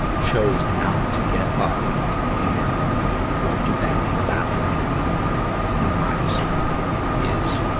chose not to get up and go do that in the bathroom in privacy is